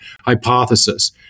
hypothesis